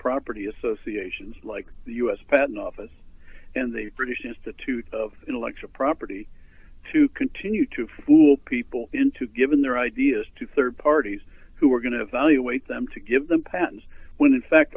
property associations like the u s patent office and the british institute of intellectual property to continue to fool people into giving their ideas to rd parties who were going to valuate them to give them patents when in fact